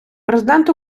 президент